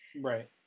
Right